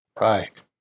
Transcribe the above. Right